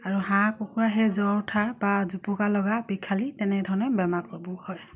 আৰু হাঁহ কুকুৰা সেই জ্বৰ উঠা বা জোপোকা লগা বিষালী তেনেধৰণে বেমাৰ